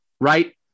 right